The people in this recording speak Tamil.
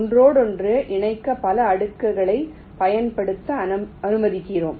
ஒன்றோடொன்று இணைக்க பல அடுக்குகளைப் பயன்படுத்த அனுமதிக்கிறோம்